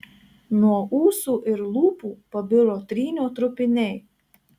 nuo ūsų ir lūpų pabiro trynio trupiniai